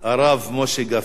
הרב משה גפני.